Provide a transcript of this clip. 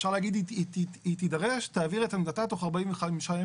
אפשר להגיד שהיא תידרש ותעביר את עמדתה תוך 45 ימים.